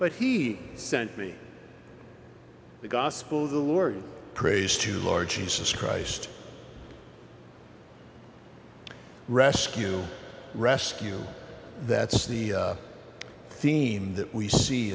but he sent me the gospel the lord prays to large jesus christ rescue rescue that's the theme that we see